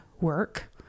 work